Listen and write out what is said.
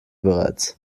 bereits